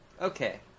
Okay